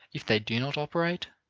if they do not operate,